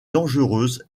dangereuse